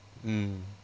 mm